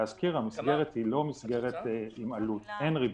להזכיר, המסגרת היא ללא עלות, אין ריבית.